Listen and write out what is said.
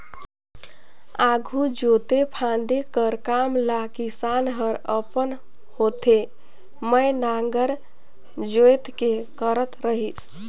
आघु जोते फादे कर काम ल किसान हर अपन हाथे मे नांगर जोएत के करत रहिस